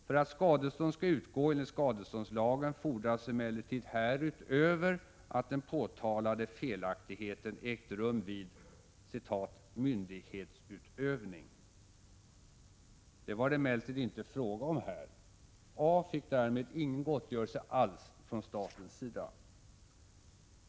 För att skadestånd skall utgå enligt ssadeståndslagen fordras emellertid härutöver att den påtalade felaktigheten igt rum vid ”myndighetsutövning”. Det var det emellertid inte fråga om här. A fick därmed ingen gottgörelse alls från statens sida.